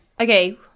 Okay